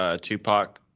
Tupac